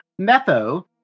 METHO